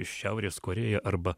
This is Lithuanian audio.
šiaurės korėja arba